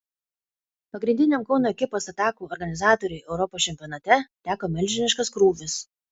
pagrindiniam kauno ekipos atakų organizatoriui europos čempionate teko milžiniškas krūvis